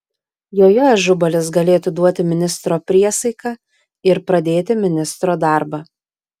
joje ažubalis galėtų duoti ministro priesaiką ir pradėti ministro darbą